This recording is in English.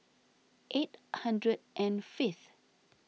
eight hundred and fifth